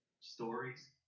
stories